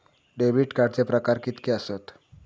Debit कार्डचे प्रकार कीतके आसत?